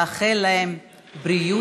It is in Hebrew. לאחל להן בריאות,